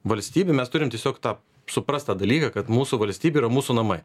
valstybėj mes turim tiesiog tą suprast tą dalyką kad mūsų valstybė yra mūsų namai